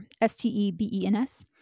S-T-E-B-E-N-S